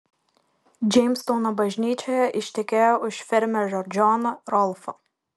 džeimstauno bažnyčioje ištekėjo už fermerio džono rolfo